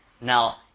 Now